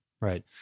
right